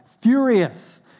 furious